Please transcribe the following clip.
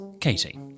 Katie